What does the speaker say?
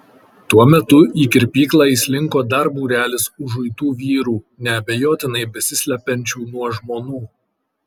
tuo metu į kirpyklą įslinko dar būrelis užuitų vyrų neabejotinai besislepiančių nuo žmonų